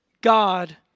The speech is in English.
God